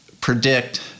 predict